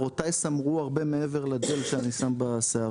שערותיי סמרו הרבה מעבר לג'ל שאני שם בשיער